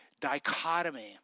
dichotomy